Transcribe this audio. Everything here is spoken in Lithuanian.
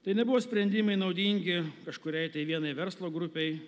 tai nebuvo sprendimai naudingi kažkuriai vienai verslo grupei